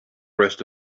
rest